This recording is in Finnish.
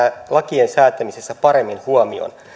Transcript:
lakien säätämisessä paremmin huomioon